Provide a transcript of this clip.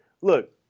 look